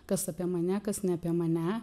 kas apie mane kas ne apie mane